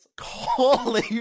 Holy